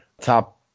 Top